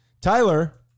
Tyler